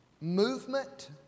movement